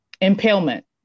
Impalement